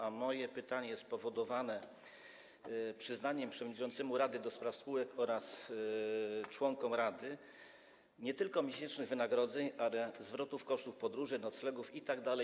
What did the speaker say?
A moje pytanie jest wynikiem przyznania przewodniczącemu rady do spraw spółek oraz członkom rady nie tylko miesięcznych wynagrodzeń, ale także zwrotów kosztów podróży, noclegów itd.